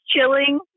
chilling